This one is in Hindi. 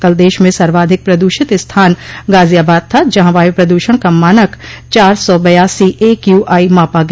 कल देश में सर्वाधिक प्रदूषित स्थान गाजियाबाद था जहां वायुप्रद्रषण का मानक चार सौ बयासी एक्यूआई मॉपा गया